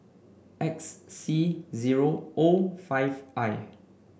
X C zero O five I